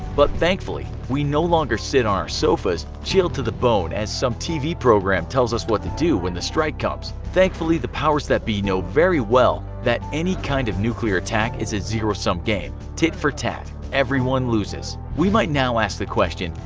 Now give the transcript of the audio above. but thankfully we no longer sit on our sofas chilled to the bone as some tv program tells us what to do when the strike comes. thankfully the powers that be know very well that any kind of nuclear attack is a zero-sum game, tit for tat, everyone loses. we might now ask the question,